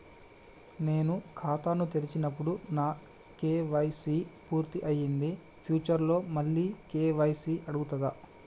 నేను ఖాతాను తెరిచినప్పుడు నా కే.వై.సీ పూర్తి అయ్యింది ఫ్యూచర్ లో మళ్ళీ కే.వై.సీ అడుగుతదా?